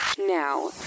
Now